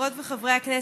חברות וחברי הכנסת,